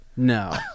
No